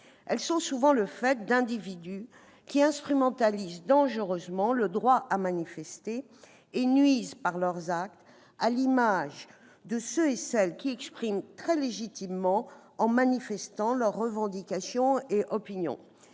Elles sont souvent le fait d'individus qui instrumentalisent dangereusement le droit à manifester et qui nuisent, par leurs actes, à l'image de ceux et celles qui expriment très légitimement, en manifestant, leurs revendications et opinions.